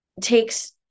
takes